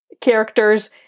characters